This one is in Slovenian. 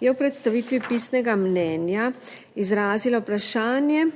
je v predstavitvi pisnega mnenja izrazila vprašanje,